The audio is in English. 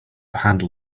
handle